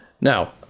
Now